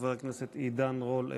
חבר הכנסת עידן רול,